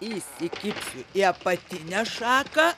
įsikibsiu į apatinę šaką